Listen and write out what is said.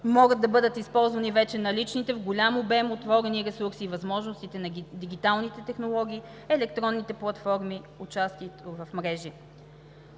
Могат да бъдат използвани вече наличните в голям обем отворени ресурси и възможностите на дигиталните технологии, електронните платформи, участието в мрежи.